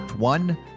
One